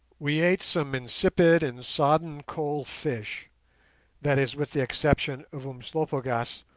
we ate some insipid and sodden cold fish that is, with the exception of umslopogaas,